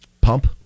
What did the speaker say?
Pump